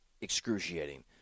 excruciating